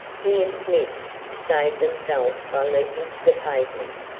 he and smith saved themselves by leaping to the pavement,